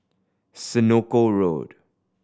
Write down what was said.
Senoko Road